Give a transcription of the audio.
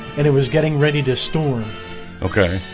and it was getting ready to storm okay?